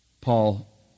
Paul